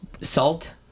salt